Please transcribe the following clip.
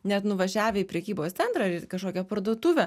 net nuvažiavę į prekybos centrą ar į kažkokią parduotuvę